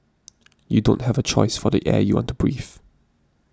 you don't have a choice for the air you want to breathe